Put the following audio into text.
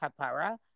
Kapara